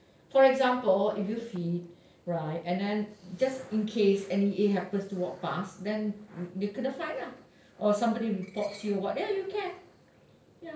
for example if you feed right and then just in case N_E_A happens to walk past then you kena fine lah or somebody reports you or what ya you can ya